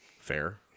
Fair